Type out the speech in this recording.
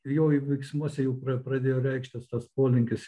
jo veiksmuose jau pra pradėjo reikštis tas polinkis